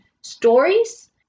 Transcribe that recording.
stories